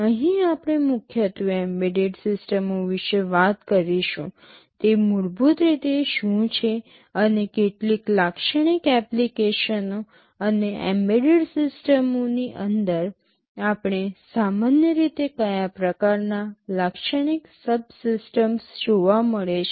અહીં આપણે મુખ્યત્વે એમ્બેડેડ સિસ્ટમો વિશે વાત કરીશું તે મૂળભૂત રીતે શું છે અને કેટલીક લાક્ષણિક એપ્લિકેશનો અને એમ્બેડેડ સિસ્ટમોની અંદર આપણે સામાન્ય રીતે કયા પ્રકારનાં લાક્ષણિક સબસિસ્ટમ્સ જોવા મળે છે